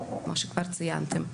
כמו שכבר ציינתם.